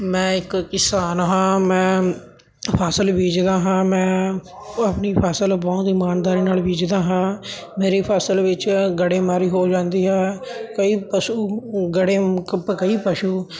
ਮੈਂ ਇੱਕ ਕਿਸਾਨ ਹਾਂ ਮੈਂ ਫਸਲ ਬੀਜਦਾ ਹਾਂ ਮੈਂ ਆਪਣੀ ਫਸਲ ਬਹੁਤ ਹੀ ਇਮਾਨਦਾਰੀ ਨਾਲ ਬੀਜਦਾ ਹਾਂ ਮੇਰੀ ਫਸਲ ਵਿੱਚ ਗੜ੍ਹੇਮਾਰੀ ਹੋ ਜਾਂਦੀ ਹੈ ਕਈ ਪਸ਼ੂ ਗੜ੍ਹੇ ਪ ਕਈ ਪਸ਼ੂ